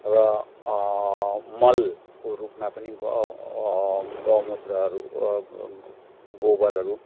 र मलको रूपमा पनि गौमूत्रहरू गोबरहरू